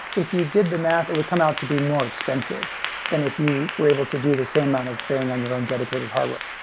if you did the math, it would come out to be more expensive than if you were able to do the same amount of thing on your dedicated hardware.